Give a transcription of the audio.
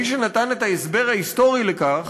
מי שנתן את ההסבר ההיסטורי לכך,